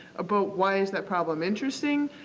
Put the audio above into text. but why is that problem interesting?